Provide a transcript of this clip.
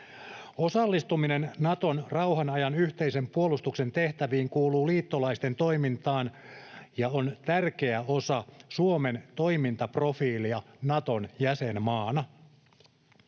Osallistuminen Naton rauhan ajan yhteisen puolustuksen tehtäviin kuuluu liittolaisten toimintaan ja on tärkeä osa Suomen toimintaprofiilia Naton jäsenmaana.